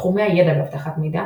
תחומי הידע באבטחת מידע.